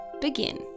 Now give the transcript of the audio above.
begin